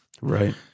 Right